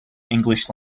english